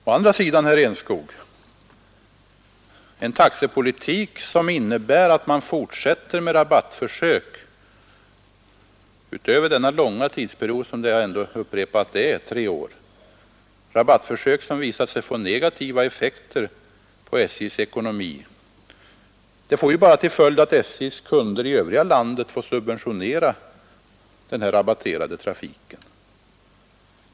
Å andra sidan kan sägas, herr Enskog, att en taxepolitik som innebär att man fortsätter med rabattförsök utöver den långa tidsperiod som det här rör sig om och som visat sig få negativa effekter på SJ:s ekonomi bara får till följd att SJ:s kunder i övriga delar av landet får subventionera den rabatterade trafiken.